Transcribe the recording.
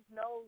no